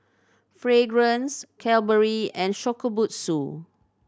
Fragrance Cadbury and Shokubutsu